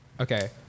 Okay